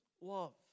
love